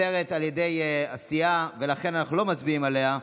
מוסרת על ידי הסיעה, ולכן אנחנו לא מצביעים עליה.